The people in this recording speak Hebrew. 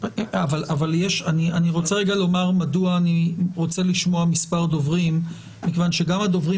אני רוצה לשמוע מספר דוברים כיוון שגם הדוברים